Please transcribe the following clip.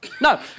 No